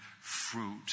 fruit